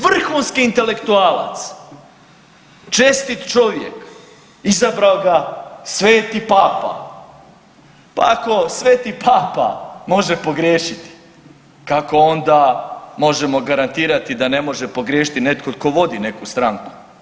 Vrhunski intelektualac, čestit čovjek, izabrao ga sveti papa, pa ako sveti papa može pogriješiti, kako onda možemo garantirati da ne može pogriješiti netko tko vodi neku stranku.